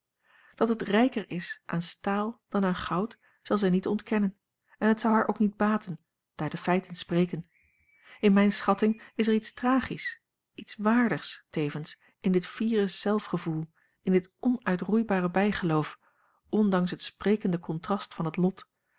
dat het rijker is aan staal dan aan goud zal zij niet ontkennen en het zou haar ook niet baten daar de feiten spreken in mijne schatting is er iets tragisch iets waardigs tevens in dit fiere zelfgevoel in dit onuitroeibare bijgeloof ondanks het sprekende contrast van het lot